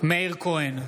מאיר כהן,